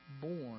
born